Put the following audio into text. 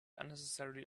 unnecessarily